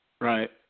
Right